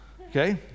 Okay